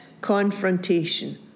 confrontation